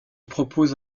propose